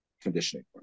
conditioning